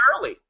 early